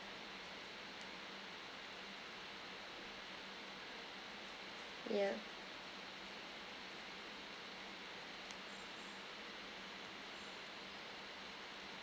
yeah